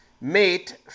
mate